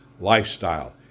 lifestyle